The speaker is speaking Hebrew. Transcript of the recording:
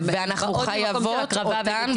הן באות ממקום של הקרבה ונתינה.